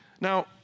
Now